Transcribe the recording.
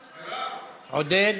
עודד?